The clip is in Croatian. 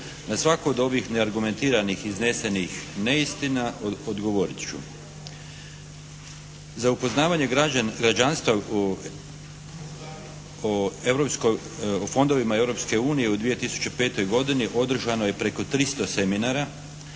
Na svaku od ovih neargumentiranih iznesenih neistina odgovorit ću. Za upoznavanje građanstva o fondovima Europske unije u 2005. godini održano je preko 300 seminara